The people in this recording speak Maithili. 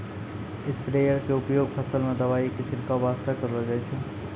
स्प्रेयर के उपयोग फसल मॅ दवाई के छिड़काब वास्तॅ करलो जाय छै